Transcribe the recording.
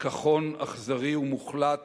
פיקחון אכזרי ומוחלט,